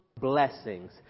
blessings